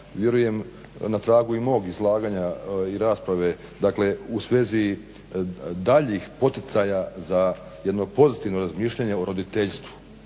vjerujem na tragu i mog izlaganja i rasprave dakle u svezi daljnjih poticaja za jedno pozitivno razmišljanje o roditeljstvu